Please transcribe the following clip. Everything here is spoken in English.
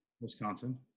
Wisconsin